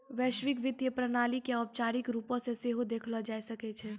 वैश्विक वित्तीय प्रणाली के औपचारिक रुपो से सेहो देखलो जाय सकै छै